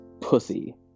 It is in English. pussy